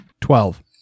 Twelve